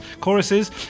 choruses